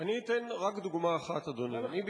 אדוני, אני אתן רק דוגמה אחת.